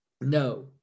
No